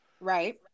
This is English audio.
right